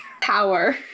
Power